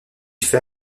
fait